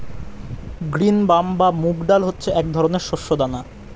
green gram বা মুগ ডাল হচ্ছে এক ধরনের শস্য দানা